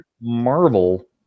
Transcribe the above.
Marvel